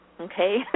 okay